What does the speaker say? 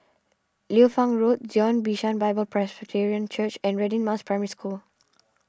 Liu Fang Road Zion Bishan Bible Presbyterian Church and Radin Mas Primary School